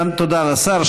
תודה לשר.